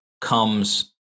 comes